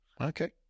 Okay